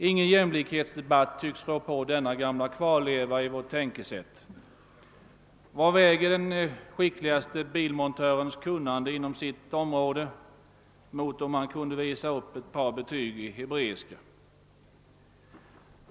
Ingen jämlikhetsdebatt tycks rå på den gamla kvarleva som här finns i vårt tänkesätt. Vad väger den skickligaste bilmontörens kunnande inom det egna området mot ett par betyg i hebreiska?